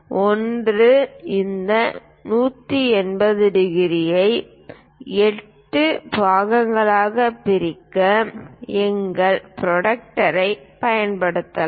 ஒன்று இந்த 180 ° ஐ 8 பகுதிகளாகப் பிரிக்க எங்கள் புரோட்டராக்டரைப் பயன்படுத்தலாம்